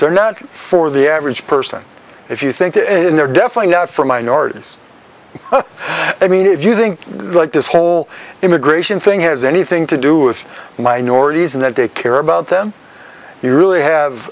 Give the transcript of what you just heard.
they're not for the average person if you think it is in their definitely not for minorities i mean if you think like this whole immigration thing has anything to do with minorities and that they care about them you really have